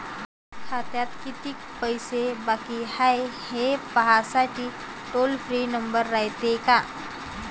खात्यात कितीक पैसे बाकी हाय, हे पाहासाठी टोल फ्री नंबर रायते का?